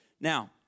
Now